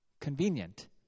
convenient